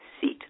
seat